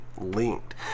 linked